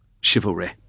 chivalry